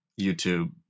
YouTube